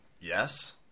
yes